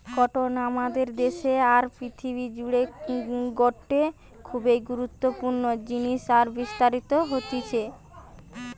cotton আমাদের দেশে আর পৃথিবী জুড়ে গটে খুবই গুরুত্বপূর্ণ জিনিস আর বিস্তারিত হতিছে